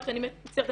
מצטערת,